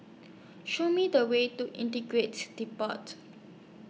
Show Me The Way to Integrated Depot